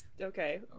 okay